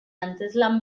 antzezlan